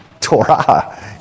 Torah